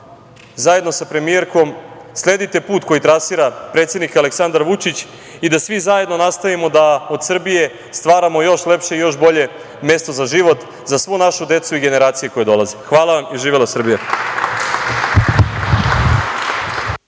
zajedno sa premijerkom, sledite put koji trasira predsednik Aleksandar Vučić i da svi zajedno nastavimo da od Srbije stvaramo još lepše i još bolje mesto za život za svu našu decu i generacije koje dolaze. Hvala vam i živela Srbija!